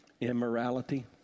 immorality